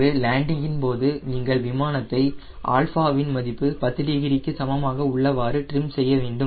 பின்பு லேண்டிங் இன் போது நீங்கள் விமானத்தை ஆல்பாவின் மதிப்பு 10 டிகிரிக்கு சமமாக உள்ளவாறு ட்ரிம் செய்ய வேண்டும்